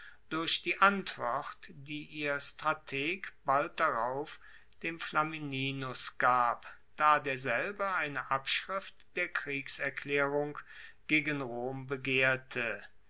durch die antwort die ihr strateg bald darauf dem flamininus gab da derselbe eine abschrift der kriegserklaerung gegen rom begehrte